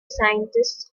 scientists